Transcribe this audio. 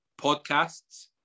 podcasts